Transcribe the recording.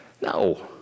No